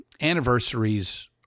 Anniversaries